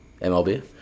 MLB